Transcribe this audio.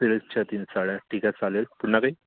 सिल्कच्या तीन साड्या ठीक आहे चालेल पुन्हा काही